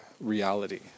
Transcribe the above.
reality